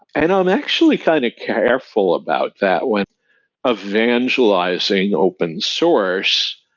and i'm actually kind of careful about that with evangelizing open source.